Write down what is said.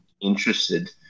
interested